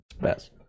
best